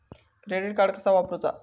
Credit card कसा वापरूचा?